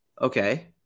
Okay